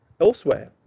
elsewhere